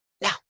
Now